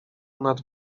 nad